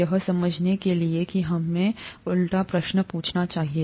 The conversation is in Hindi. यह समझने के लिए कि हमें उल्टा प्रश्न पूछना चाहिए